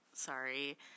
Sorry